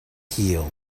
healed